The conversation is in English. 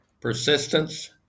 persistence